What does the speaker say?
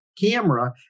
camera